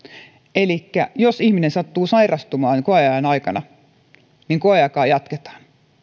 elikkä jos ihminen sattuu sairastumaan koeajan aikana niin koeaikaa jatketaan